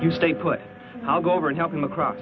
you stay put i'll go over and help him across